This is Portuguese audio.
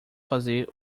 fazer